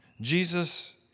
Jesus